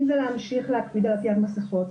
אם זה להמשיך להקפיד על עטיית מסכות,